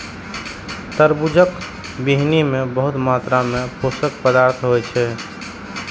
तरबूजक बीहनि मे बहुत मात्रा मे पोषक पदार्थ होइ छै